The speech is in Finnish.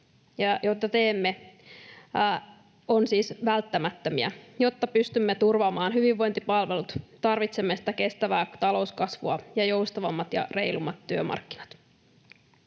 joita teemme, ovat siis välttämättömiä. Jotta pystymme turvaamaan hyvinvointipalvelut, tarvitsemme kestävää talouskasvua ja joustavammat ja reilummat työmarkkinat.